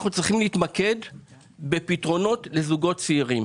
אנחנו צריכים להתמקד בפתרונות לזוגות צעירים,